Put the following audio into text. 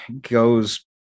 goes